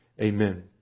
Amen